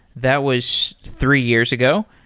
that was three years ago.